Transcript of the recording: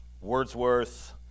Wordsworth